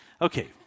okay